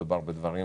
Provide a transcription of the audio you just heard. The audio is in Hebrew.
כי מדובר בדברים